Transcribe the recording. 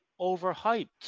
overhyped